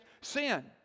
sin